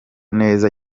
neza